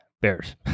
Bears